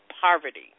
poverty